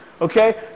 okay